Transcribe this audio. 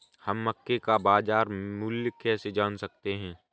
हम मक्के का बाजार मूल्य कैसे जान सकते हैं?